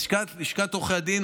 לשכת עורכי הדין,